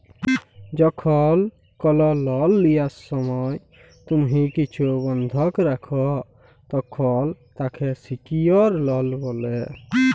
যখল কল লল লিয়ার সময় তুম্হি কিছু বল্ধক রাখ, তখল তাকে সিকিউরড লল ব্যলে